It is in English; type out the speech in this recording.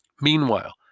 Meanwhile